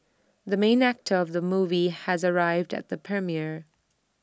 the main actor of the movie has arrived at the premiere